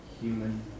human